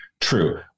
True